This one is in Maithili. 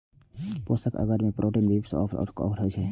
पोषक अगर मे पेप्टोन, बीफ अर्क आ अगर होइ छै